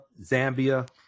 Zambia